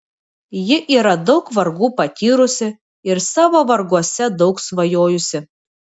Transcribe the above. ji yra daug vargų patyrusi ir savo varguose daug svajojusi